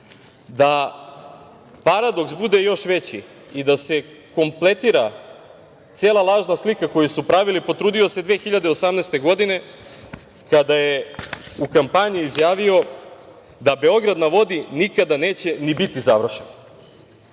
Da paradoks bude još veći i da se kompletira cela lažna slika, koju su pravili, potrudio se 2018. godine kada je u kampanji izjavio da „Beograd na vodi“ nikada neće ni biti završen. Sada